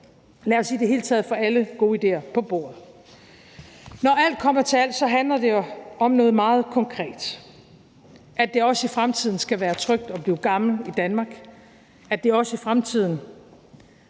Lad os i det hele taget få alle gode idéer på bordet. Når alt kommer til alt, handler det om noget meget konkret, nemlig at det også i fremtiden skal være trygt at blive gammel i Danmark; at det også i fremtiden